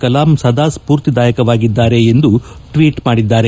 ಕಲಾಂ ಸದಾ ಸ್ವೂರ್ತಿದಾಯಕವಾಗಿದ್ದಾರೆ ಎಂದು ಟ್ವೀಟ್ ಮಾಡಿದ್ದಾರೆ